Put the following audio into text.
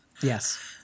yes